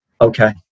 okay